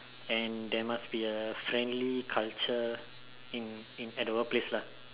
and there must be a friendly culture in in at the workplace lah